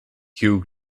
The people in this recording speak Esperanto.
kiu